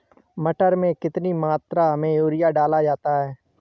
मटर में कितनी मात्रा में यूरिया डाला जाता है?